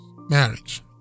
marriage